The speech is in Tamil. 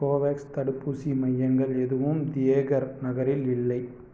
கோவோவேக்ஸ் தடுப்பூசி மையங்கள் எதுவும் தியோகர் நகரில் இல்லை